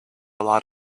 lot